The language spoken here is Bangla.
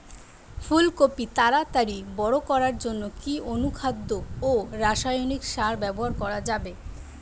ফুল কপি তাড়াতাড়ি বড় করার জন্য কি অনুখাদ্য ও রাসায়নিক সার ব্যবহার করা যাবে?